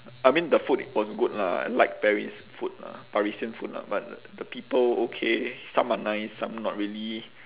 I mean the food was good lah I like paris food lah parisian food lah but the people okay some are nice some not really